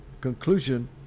conclusion